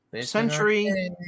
Century